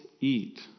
eat